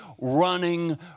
running